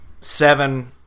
seven